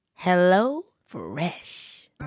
HelloFresh